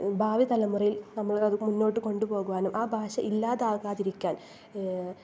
ഭാവി തലമുറയിൽ നമ്മളത് മുൻപോട്ട് കൊണ്ടു പോകുവാനും ആ ഭാഷ ഇല്ലാതാകാതിരിക്കാൻ